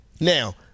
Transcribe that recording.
Now